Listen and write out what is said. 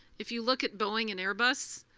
if you look at boeing and airbus,